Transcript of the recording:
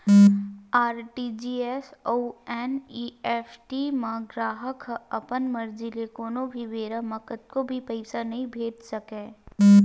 RTGS अउ NEFT म गराहक ह अपन मरजी ले कोनो भी बेरा म कतको भी पइसा नइ भेज सकय